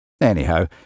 Anyhow